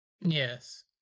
Yes